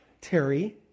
Terry